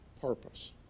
purpose